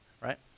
right